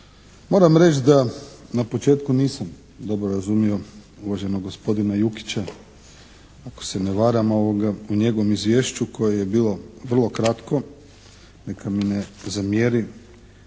Moram reći da na početku nisam dobro razumio uvaženog gospodina Jukića. Ako se ne varam, u njegovom izvješću koje je bilo vrlo kratko, neka mi ne zamjeri,